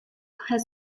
has